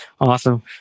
Awesome